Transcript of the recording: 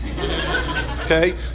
Okay